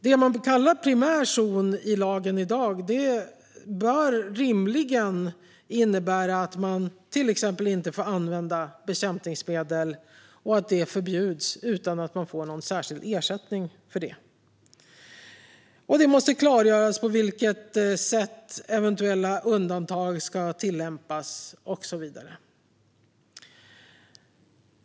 Det man i lagen i dag kallar primär zon bör rimligen innebära att man till exempel inte får använda bekämpningsmedel och att det förbjuds utan att man får någon särskild ersättning för det. Det måste klargöras på vilket sätt eventuella undantag ska tillämpas och så vidare.